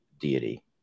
deity